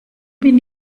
bin